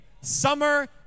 summer